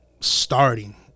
starting